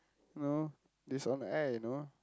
no this on air you know